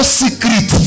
secret